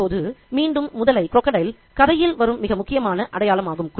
இப்போது மீண்டும் முதலை கதையில் வரும் மிக முக்கியமான அடையாளமாகும்